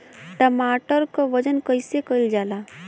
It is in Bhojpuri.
टमाटर क वजन कईसे कईल जाला?